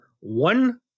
one